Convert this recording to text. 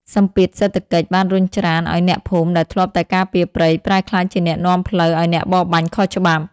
សម្ពាធសេដ្ឋកិច្ចបានរុញច្រានឱ្យអ្នកភូមិដែលធ្លាប់តែការពារព្រៃ ប្រែក្លាយជាអ្នកនាំផ្លូវឱ្យអ្នកបរបាញ់ខុសច្បាប់។